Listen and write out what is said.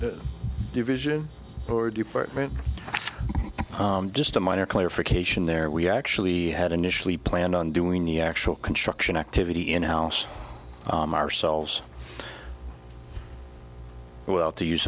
the division or department just a minor clarification there we actually had initially planned on doing the actual construction activity in house marcel's well to use